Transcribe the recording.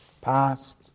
Past